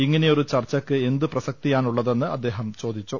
ഇങ്ങിനെയൊരു ചർച്ചയ്ക്ക് എന്തുപ്രസക്തിയാണുള്ളതെന്ന് അദ്ദേഹം ചോദിച്ചു